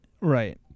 Right